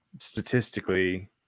statistically